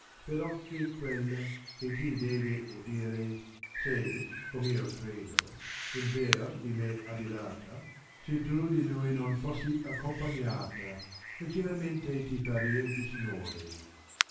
gire perocché quella che ti deveodire s è commo credo in ver di me adirata se tu di lui non fossi accompagnata leggeramente ti faria disnore